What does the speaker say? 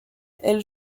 elle